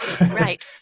Right